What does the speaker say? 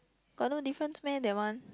got no difference meh that one